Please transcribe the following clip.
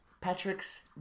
Patrick's